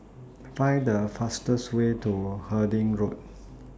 Find The fastest Way to Harding Road